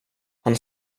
han